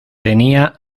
tenía